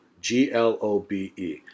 G-L-O-B-E